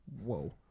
Whoa